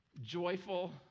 joyful